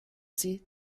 sie